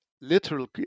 literal